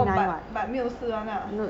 oh but but 没有事 [one] ah